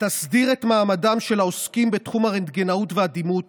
תסדיר את מעמדם של העוסקים בתחום הרנטגנאות והדימות